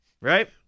right